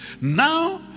now